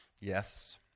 Yes